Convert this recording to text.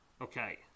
okay